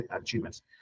achievements